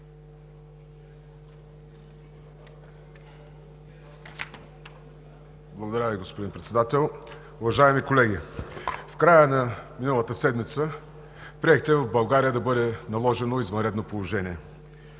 Благодаря Ви, господин Председател. Уважаеми колеги! В края на миналата седмица приехте в България да бъде наложено извънредно положение.